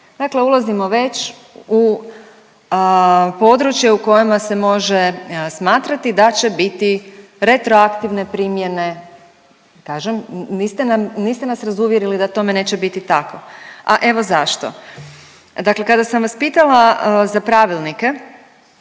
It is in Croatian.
Dakle ulazimo već u područje u kojima se može smatrati da će biti retroaktivne primjene, kažem niste nam, niste nas razuvjerili da tome neće biti tako, a evo zašto. Dakle kada sam vas pitala za pravilnike